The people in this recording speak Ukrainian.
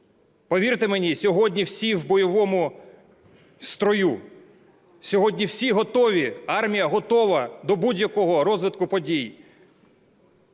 Повірте мені, сьогодні всі в бойовому строю, сьогодні всі готові, армія готова до будь-якого розвитку подій.